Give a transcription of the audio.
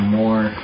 more